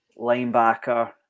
linebacker